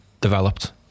developed